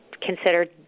considered